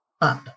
up